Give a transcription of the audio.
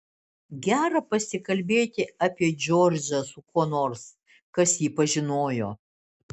gera pasikalbėti apie džordžą su kuo nors kas jį pažinojo